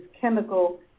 chemical